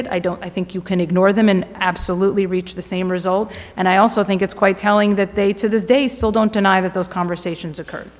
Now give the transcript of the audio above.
it i don't i think you can ignore them and absolutely reach the same result and i also think it's quite telling that they to this day still don't deny that those conversations occurre